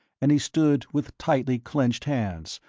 and he stood with tightly clenched hands,